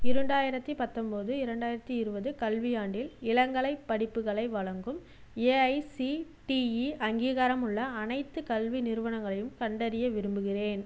இரண்டாயிரத்தி பத்தொன்பது இரண்டாயிரத்தி இருபது கல்வியாண்டில் இளங்கலைப் படிப்புகளை வழங்கும் ஏஐசிடிஇ அங்கீகாரமுள்ள அனைத்து கல்வி நிறுவனங்களையும் கண்டறிய விரும்புகிறேன்